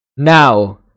Now